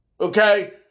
Okay